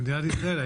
במדינת ישראל,